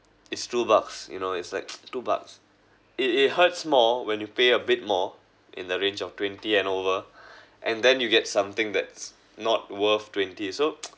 it's two bucks you know it's like two bucks it it hurts more when you pay a bit more in the range of twenty and over and then you get something that's not worth twenty so